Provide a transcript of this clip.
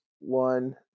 one